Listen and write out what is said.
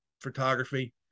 photography